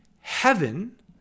heaven